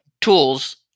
tools